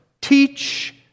Teach